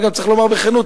וגם צריך לומר בכנות,